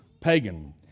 pagan